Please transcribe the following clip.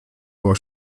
war